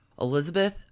Elizabeth